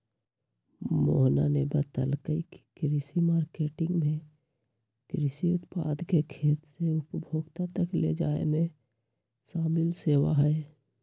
मोहना ने बतल कई की कृषि मार्केटिंग में कृषि उत्पाद के खेत से उपभोक्ता तक ले जाये में शामिल सेवा हई